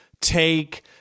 take